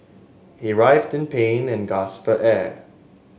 he writhed in pain and gasped for air